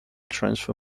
transfer